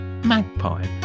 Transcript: Magpie